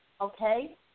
Okay